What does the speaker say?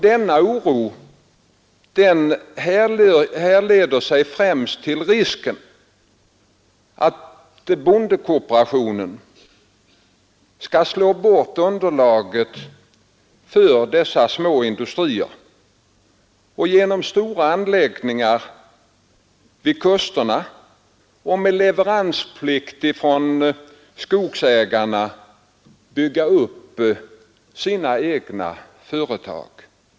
Denna oro härleder sig främst till risken för att bondekooperationen skall slå bort underlaget för dessa småindustrier och genom stora anläggningar vid kusterna samt med leveransplikt för skogsägarna bygga upp sina egna företag.